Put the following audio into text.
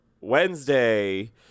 Wednesday